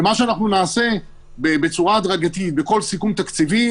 ומה שנעשה בצורה הדרגתית בכל סיכום תקציבי,